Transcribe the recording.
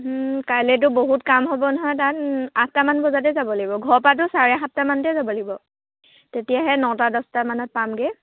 কাইলৈতো বহুত কাম হ'ব নহয় তাত আঠটামান বজাতে যাব লাগিব ঘৰৰপৰাতো চাৰে সাতটামানতে যাব লাগিব তেতিয়াহে নটা দহটামানত পামগৈ